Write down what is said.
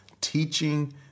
teaching